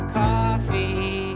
coffee